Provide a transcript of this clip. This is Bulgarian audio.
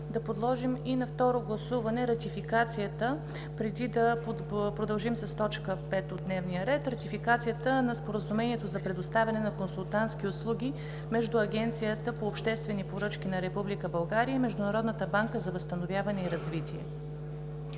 да подложим и на второ гласуване Ратификацията, преди да продължим с точка пета от дневния ред – Ратификацията на Споразумението за предоставяне на консултантски услуги между Агенцията по обществени поръчки на Република България и Международната банка за възстановяване и развитие.